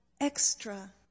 extra